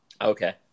Okay